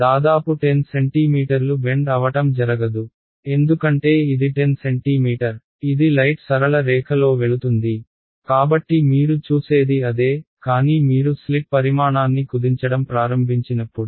దాదాపు 10 సెంటీమీటర్లు బెండ్ అవటం జరగదు ఎందుకంటే ఇది 10 సెంటీమీటర్ ఇది లైట్ సరళ రేఖలో వెళుతుంది కాబట్టి మీరు చూసేది అదే కానీ మీరు స్లిట్ పరిమాణాన్ని కుదించడం ప్రారంభించినప్పుడు